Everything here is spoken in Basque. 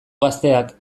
gazteak